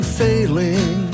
failing